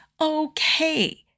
okay